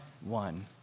one